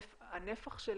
הנפח של